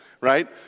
right